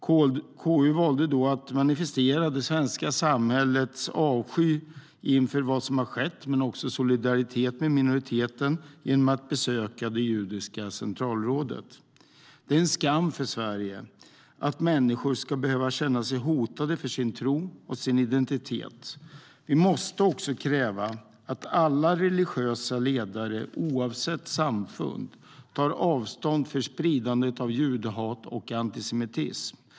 KU valde då att manifestera det svenska samhällets avsky inför vad som skett men också solidaritet med minoriteten genom att besöka Judiska centralrådet. Det är en skam för Sverige att människor ska behöva känna sig hotade för sin tro och sin identitet. Vi måste kräva att alla religiösa ledare, oavsett samfund, tar avstånd från spridandet av judehat och antisemitism.